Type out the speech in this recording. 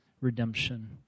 redemption